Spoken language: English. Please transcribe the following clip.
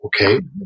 okay